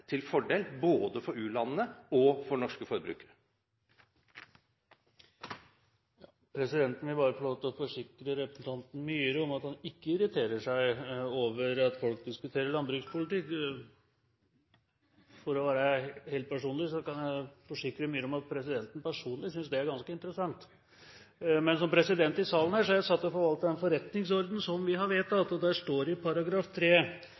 til fordel både for u-landene og for norske forbrukere. Presidenten vil få lov til å forsikre representanten Myhre om at han ikke irriterer seg over at folk diskuterer landbrukspolitikk. For å være personlig kan jeg forsikre Myhre om at presidenten synes det er ganske interessant. Men som president i salen er jeg satt til å forvalte den forretningsordenen vi har vedtatt, og der står det i